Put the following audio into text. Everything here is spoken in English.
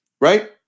Right